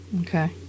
okay